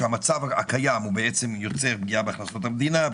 כי המצב הקיים יוצר פגיעה בהכנסות המדינה,